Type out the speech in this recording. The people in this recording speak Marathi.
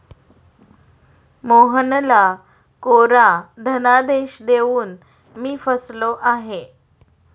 मोहनला कोरा धनादेश देऊन मी फसलो आहे